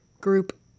group